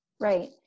Right